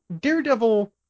daredevil